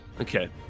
Okay